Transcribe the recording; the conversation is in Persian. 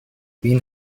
بین